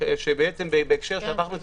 מהו"ת בדיני משפחה.